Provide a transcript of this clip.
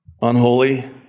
Unholy